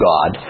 God